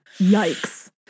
Yikes